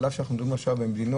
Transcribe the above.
על אף שאנחנו מדברים עכשיו במדינות